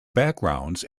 backgrounds